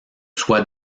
soit